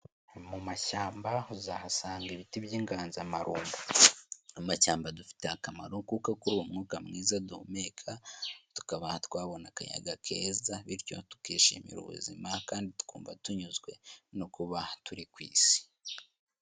Mu mashyamba uzahasanga ibiti by'inganzamarumbo, amashyamba adufitiye akamaro kuko kuri umwuka mwiza duhumeka, tukaba twabona akayaga keza, bityo tukishimira ubuzima kandi twumva tunyuzwe no kuba turi ku isi.